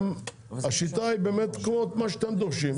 השיטה היא באמת כמו שאתם דורשים,